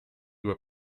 due